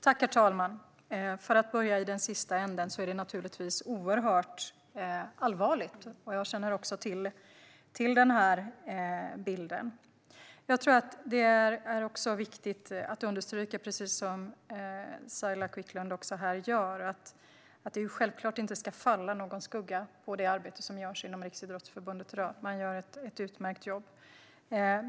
Herr talman! För att börja i den sista änden är detta naturligtvis oerhört allvarligt, och jag känner också till den här bilden. Precis som Saila Quicklund gör är det viktigt att understryka att det inte ska falla någon skugga på det arbete som görs inom Riksidrottsförbundet. Där gör man ett utmärkt jobb.